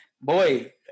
Boy